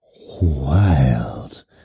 wild